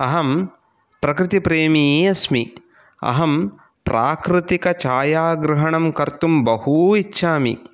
अहं प्रकृति प्रेमी अस्मि अहं प्राकृतिकछायाग्रहणं कर्तुं बहू इच्छामि